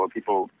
people